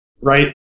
right